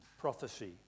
prophecy